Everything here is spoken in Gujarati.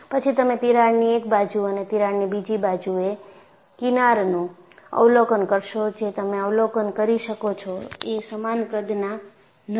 પછી તમે તિરાડની એક બાજુ અને તિરાડની બીજી બાજુએ કિનારનું અવલોકન કરશો જે તમે અવલોકન કરી શકો છો એ સમાન કદના નથી